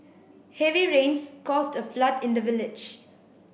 heavy rains caused a flood in the village